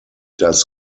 das